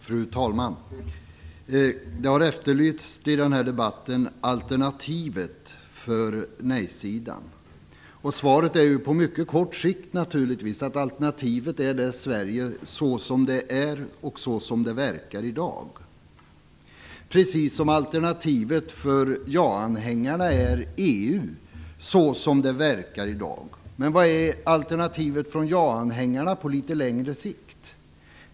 Fru talman! I den här debatten har efterlysts alternativet för nejsidan. På mycket kort sikt är svaret naturligtvis att alternativet är det Sverige såsom det är och såsom det verkar i dag, precis som alternativet för ja-anhängarna är EU såsom det verkar i dag. Men vad är alternativet från ja-anhängarna på litet längre sikt?